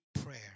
prayer